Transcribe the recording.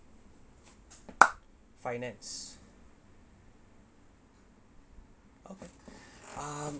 finance okay um